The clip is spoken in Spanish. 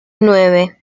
nueve